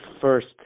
first